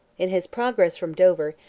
in his progress from dover,